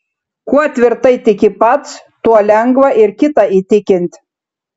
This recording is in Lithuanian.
kuo tvirtai tiki pats tuo lengva ir kitą įtikint